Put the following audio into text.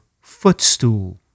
footstool